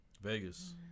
Vegas